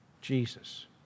Jesus